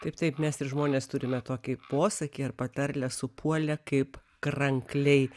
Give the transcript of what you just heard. taip taip mes ir žmonės turime tokį posakį ar patarlę supuolė kaip krankliai